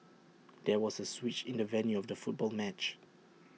there was A switch in the venue of the football match